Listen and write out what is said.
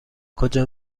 کجا